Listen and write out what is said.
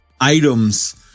items